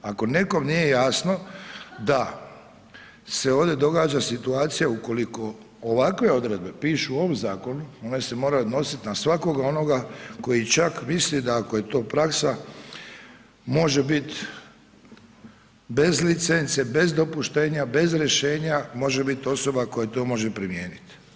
Ako nekome nije jasno da se ovdje događa situacija ukoliko ovakve odredbe pišu u ovom zakonu, one se moraju odnositi na svakog onoga koji čak misli da ako je to praksa može biti bez licence, bez dopuštenja, bez rješenja može biti osoba koja to može primijeniti.